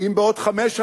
חברות וחברים,